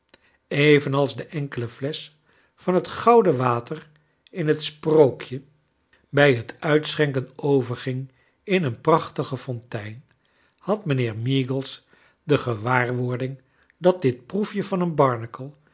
evenals de enkele f lesch van het gouden water in het sprookje bij het uitschenken overging in een prachtige fontein had mijnheer meagles de gewaar wording dat dit proefje van een barnacle